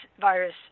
virus